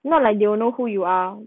not like they will know who you are